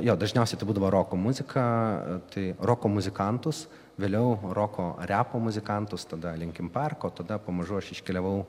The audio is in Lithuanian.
jo dažniausiai tai būdavo roko muzika tai roko muzikantus vėliau roko repo muzikantus tada linkin park o tada pamažu aš iškeliavau